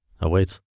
awaits